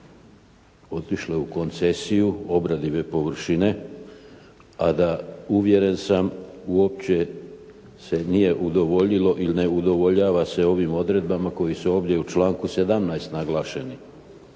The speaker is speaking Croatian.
otišle u koncesiju, obradive površine a da uvjeren sam uopće se nije udovoljilo ili ne udovoljava se ovim odredbama koji su ovdje u članku 17. naglašeni.